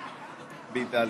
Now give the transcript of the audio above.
באיטליה.